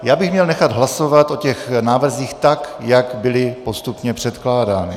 Já bych měl nechat hlasovat o těch návrzích tak, jak byly postupně předkládány.